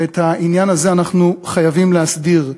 ואת העניין הזה אנחנו חייבים להסדיר.